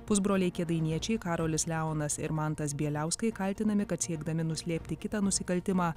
pusbroliai kėdainiečiai karolis leonas ir mantas bieliauskai kaltinami kad siekdami nuslėpti kitą nusikaltimą